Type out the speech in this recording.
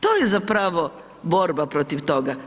To je zapravo borba protiv toga.